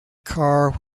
car